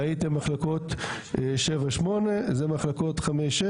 ראיתם מחלקות 7-8 אלו מחלקות 5-6,